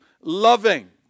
loving